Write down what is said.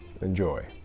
Enjoy